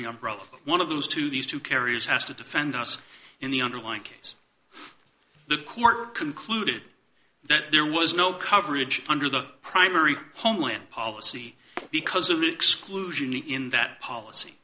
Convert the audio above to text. number of one of those two these two carriers has to defend us in the underlying case the court concluded that there was no coverage under the primary homeland policy because of exclusion in that policy